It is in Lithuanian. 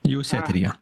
jūs eteryje